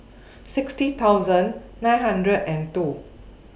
sixty thousand nine hundred and two